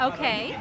Okay